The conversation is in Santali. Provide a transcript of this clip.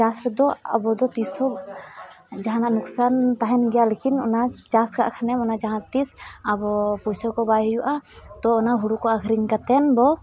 ᱪᱟᱥᱨᱮᱫᱚ ᱟᱵᱚᱫᱚ ᱛᱤᱥᱦᱚᱸ ᱡᱟᱦᱟᱱᱟᱜ ᱞᱚᱠᱥᱟᱱ ᱛᱟᱦᱮᱱ ᱜᱮᱭᱟ ᱞᱮᱠᱤᱱ ᱚᱱᱟ ᱪᱟᱥᱠᱟᱜ ᱠᱷᱟᱱᱮᱢ ᱚᱱᱟ ᱡᱟᱦᱟᱸᱛᱤᱥ ᱟᱵᱚ ᱯᱩᱭᱥᱟᱹᱠᱚ ᱵᱟᱭ ᱦᱩᱭᱩᱜᱼᱟ ᱛᱳ ᱚᱱᱟ ᱦᱩᱲᱩᱠᱚ ᱟᱹᱠᱷᱨᱤᱧ ᱠᱟᱛᱮᱫ ᱵᱚ